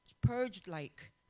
purged-like